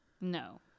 No